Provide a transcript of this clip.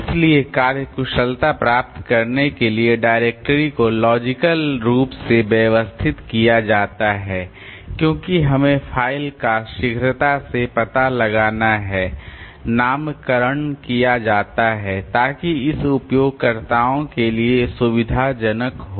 इसलिए कार्यकुशलता प्राप्त करने के लिए डायरेक्टरी को लॉजिकल रूप से व्यवस्थित किया जाता है क्योंकि हमें फ़ाइल का शीघ्रता से पता लगाना है नामकरण किया जाता है ताकि यह उपयोगकर्ताओं के लिए सुविधाजनक हो